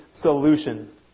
solution